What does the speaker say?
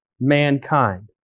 mankind